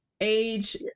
age